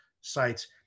sites